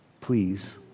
please